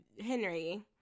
Henry